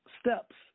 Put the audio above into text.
steps